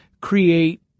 create